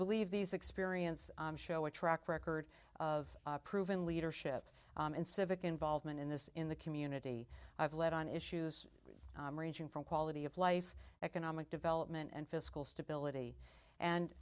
believe these experience show a track record of proven leadership and civic involvement in this in the community i've led on issues ranging from quality of life economic development and fiscal stability and